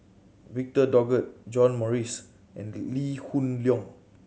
Victor Doggett John Morrice and Lee Hoon Leong